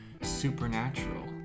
supernatural